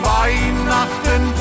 Weihnachten